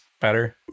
better